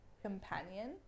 companion